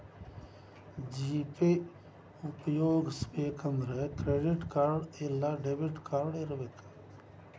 GPay ಉಪ್ಯೊಗಸ್ಬೆಕಂದ್ರ credit card ಇಲ್ಲಾ debit card ಇರಬಕು